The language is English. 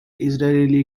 israeli